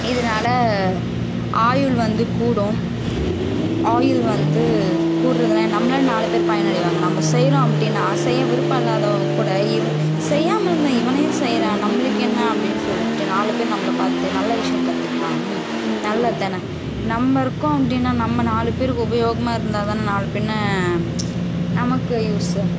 இதனால ஆயுள் வந்து கூடும் ஆயுள் வந்து கூடுறதுனா நம்மளால் நாலு பேர் பயனடைவாங்கள் நம்ம செய்கிறோம் அப்படின்னா செய்ய விருப்பம் இல்லாதவங்கள் கூட இவ் செய்யாமல் இருந்த இவனே செய்கிறான் நம்மளுக்கு என்ன அப்படின்னு சொல்லிட்டு நாலு பேர் நம்மள பார்த்து நல்ல விஷயம் கத்துக்கினால் நல்லது தானே நம்ம இருக்கோம் அப்படின்னா நம்ம நாலு பேருக்கு உபயோகமாக இருந்தால் தானே நாளைபின்ன நமக்கு யூஸ்ஸு